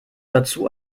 dazu